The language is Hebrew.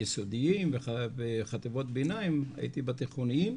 יסודיים וחטיבות ביניים-הייתי בתיכוניים,